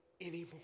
anymore